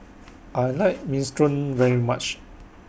I like Minestrone very much